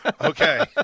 okay